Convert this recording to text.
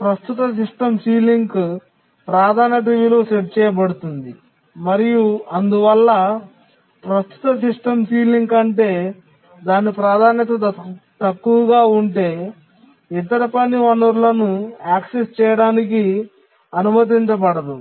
ప్రస్తుత సిస్టమ్ సీలింగ్కు ప్రాధాన్యత విలువ సెట్ చేయబడుతుంది మరియు అందువల్ల ప్రస్తుత సిస్టమ్ సీలింగ్ కంటే దాని ప్రాధాన్యత తక్కువగా ఉంటే ఇతర పని వనరులను యాక్సెస్ చేయడానికి అనుమతించబడదు